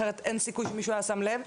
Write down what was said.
אחרת אין סיכוי שמישהו היה שם לב,